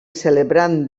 celebrant